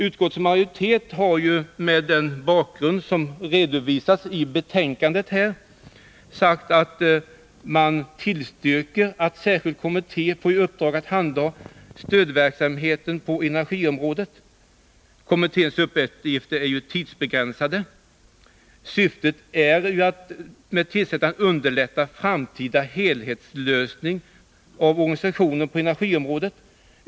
Utskottets majoritet har mot den bakgrund som redovisas i betänkandet tillstyrkt att en särskild kommitté får i uppdrag att handha stödverksamheten på energiområdet. Kommitténs uppgifter är tidsbegränsade, och syftet med dess tillsättande är att underlätta en framtida helhetslösning av organisationen på energiområdet.